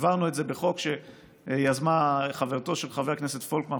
העברנו את זה בחוק שיזמה חברתו של חבר הכנסת פולקמן,